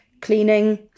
cleaning